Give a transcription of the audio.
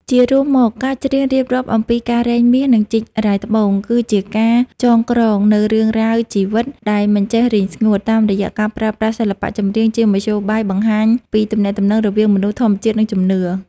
ជារួមមក ការច្រៀងរៀបរាប់អំពីការរែងមាស និងជីករ៉ែត្បូង គឺជាការចងក្រងនូវរឿងរ៉ាវជីវិតដែលមិនចេះរីងស្ងួត តាមរយៈការប្រើប្រាស់សិល្បៈចម្រៀងជាមធ្យោបាយបង្ហាញពីទំនាក់ទំនងរវាងមនុស្ស ធម្មជាតិ និងជំនឿ។